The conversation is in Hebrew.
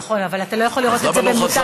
נכון, אבל אתה לא יכול לראות את זה במנותק